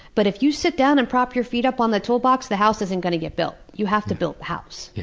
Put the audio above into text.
but if you sit down and prop your feet up on the toolbox, the house isn't going to get built. you have to build the house. yeah